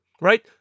Right